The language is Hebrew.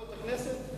ועדות הכנסת?